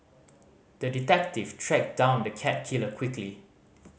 the detective tracked down the cat killer quickly